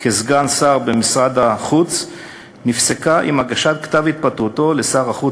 כסגן שר במשרד החוץ נפסקה עם הגשת כתב התפטרותו לשר החוץ